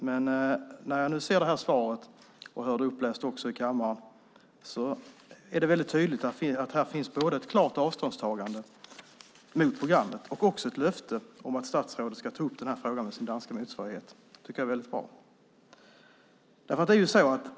Men när jag läste detta svar och också hörde det läsas upp i kammaren är det tydligt att det här finns både ett klart avståndstagande från programmet och ett löfte om att statsrådet ska ta upp denna fråga med sin danska motsvarighet. Det tycker jag är bra.